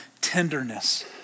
tenderness